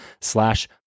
slash